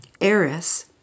Eris